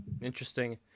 Interesting